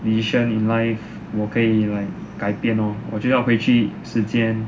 decisions in life 我可以 like 改变 lor 我就要回去时间